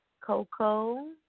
Coco